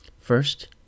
First